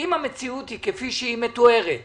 אם המציאות היא כפי שהיא מתוארת